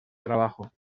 trabajo